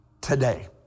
today